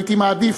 הייתי מעדיף,